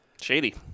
Shady